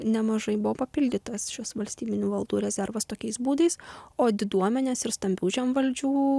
nemažai buvo papildytas šis valstybinių valdų rezervas tokiais būdais o diduomenės ir stambių žemvaldžių